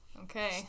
Okay